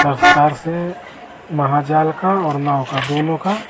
सरकार से महाजाल का और नाव का दोनों का